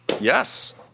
Yes